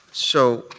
so